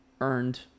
earned